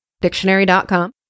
dictionary.com